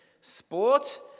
Sport